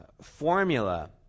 formula